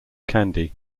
kandy